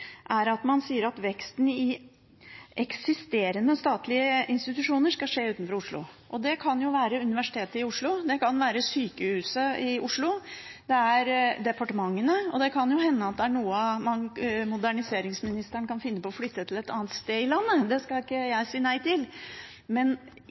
er at man sier at veksten i eksisterende statlige institusjoner skal skje utenfor Oslo. Det kan være Universitetet i Oslo, det kan være sykehusene i Oslo, det er departementene og det kan jo hende det er noen moderniseringsministeren kan finne på å flytte til et annet sted i landet. Det skal ikke